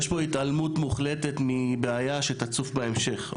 אני חושב שיש פה התעלמות מוחלטת מבעיה שתצוף בהמשך,